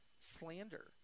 slander